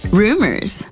rumors